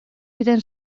diren